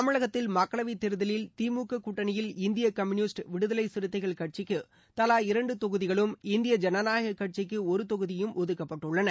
தமிழகத்தில் மக்களவை தேர்தலில் திமுக கூட்டணியில் இந்தியக் கம்யூனிஸ்ட் விடுதலை சிறுத்தைகள் கட்சிக்கு தலா இரண்டு தொகுதிகளும்இந்திய ஜனநாயக கட்சிக்கு ஒரு தொகுதியும் ஒதுக்கப்பட்டுள்ளன